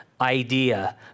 idea